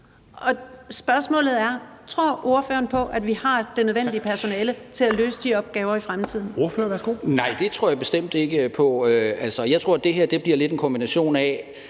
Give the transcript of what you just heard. Spørgsmålet er: Tror ordføreren, at vi har det nødvendige personale til at løse de opgaver i fremtiden?